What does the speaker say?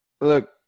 look